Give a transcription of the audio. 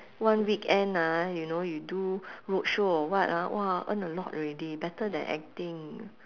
one weekend ah you know you do roadshow or what ah !wah! earn a lot already better than acting